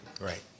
right